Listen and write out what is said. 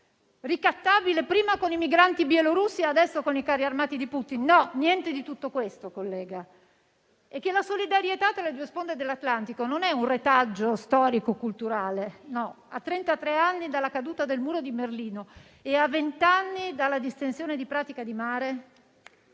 ricattabile prima con i migranti bielorussi e adesso con i carri armati di Putin. No, niente di tutto questo, collega. La solidarietà tra le due sponde dell'Atlantico non è un retaggio storico-culturale, no. A trentatré anni dalla caduta del muro di Berlino e a vent'anni dalla distensione di Pratica di Mare